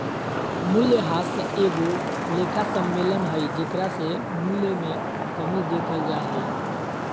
मूल्यह्रास एगो लेखा सम्मेलन हइ जेकरा से मूल्य मे कमी देखल जा हइ